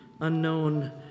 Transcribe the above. unknown